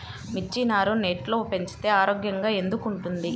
మిర్చి నారు నెట్లో పెంచితే ఆరోగ్యంగా ఎందుకు ఉంటుంది?